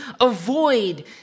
Avoid